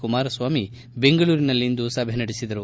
ಕುಮಾರಸ್ನಾಮಿ ಬೆಂಗಳೂರಿನಲ್ಲಿಂದು ಸಭೆ ನಡೆಸಿದರು